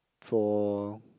for